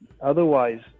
Otherwise